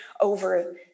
over